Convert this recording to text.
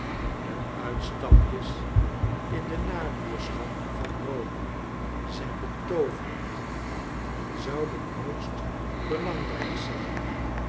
de uitstapjes in de nabuurschap van rome zijn betooverend en zouden hoogst belangrijk zijn